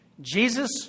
Jesus